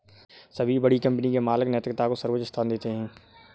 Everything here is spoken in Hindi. सभी बड़ी कंपनी के मालिक नैतिकता को सर्वोच्च स्थान देते हैं